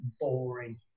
boring